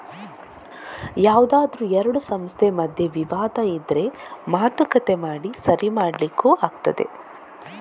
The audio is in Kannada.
ಯಾವ್ದಾದ್ರೂ ಎರಡು ಸಂಸ್ಥೆ ಮಧ್ಯೆ ವಿವಾದ ಇದ್ರೆ ಮಾತುಕತೆ ಮಾಡಿ ಸರಿ ಮಾಡ್ಲಿಕ್ಕೂ ಆಗ್ತದೆ